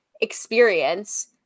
experience